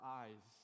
eyes